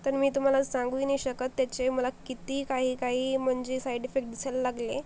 तर मी तुम्हाला सांगू ही नाही शकत त्याचे मला किती काही काही म्हणजे साइड इफेक्ट दिसायला लागले